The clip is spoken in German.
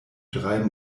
drei